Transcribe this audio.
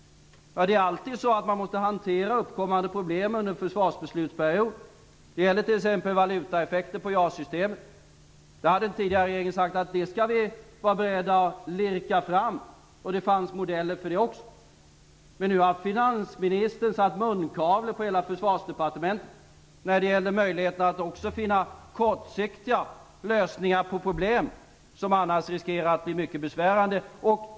Det är alltid så att man måste hantera uppkommande problem under en försvarsbeslutsperiod. Det gäller t.ex. valutaeffekter på JAS-systemen. Den tidigare regeringen hade sagt att det skall vi vara beredda att lirka oss fram, och det fanns modeller för det. Men nu har finansministern satt munkavle på hela Försvarsdepartementet när det gäller även möjligheterna att finna kortsiktiga lösningar på problem som annars riskerar att bli mycket besvärande.